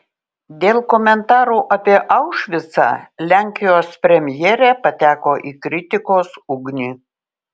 dėl komentarų apie aušvicą lenkijos premjerė pateko į kritikos ugnį